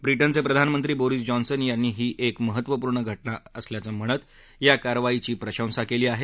व्रिटनचे प्रधानमंत्री Boris Johnson यांनी ही एक महत्त्वपूर्ण घटना असल्याचं म्हणत या कारवाईची प्रशंसा केली आहे